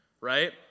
right